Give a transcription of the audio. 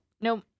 no